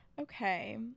Okay